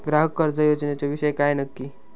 ग्राहक कर्ज योजनेचो विषय काय नक्की?